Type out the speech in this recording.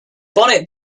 bonnet